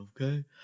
Okay